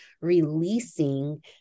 releasing